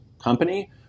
company